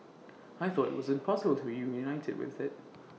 I thought IT was impossible to be reunited with IT